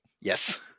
yes